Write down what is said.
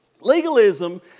Legalism